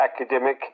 academic